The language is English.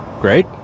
Great